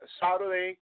Saturday